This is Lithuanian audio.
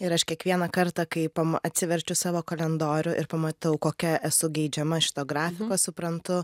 ir aš kiekvieną kartą kai atsiverčiu savo kalendorių ir pamatau kokia esu geidžiama šito grafiko suprantu